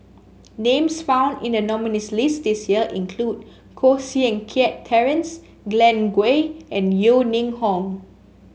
names found in the nominees' list this year include Koh Seng Kiat Terence Glen Goei and Yeo Ning Hong